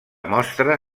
mostra